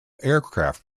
aircraft